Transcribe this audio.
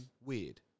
weird